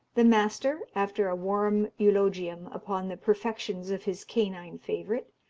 the master, after a warm eulogium upon the perfections of his canine favourite,